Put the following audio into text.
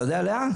אתה יודע לאן?